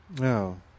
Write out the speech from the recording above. No